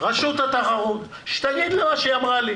רשות התחרות, שתגיד מה שהיא אמרה לי